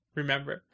remember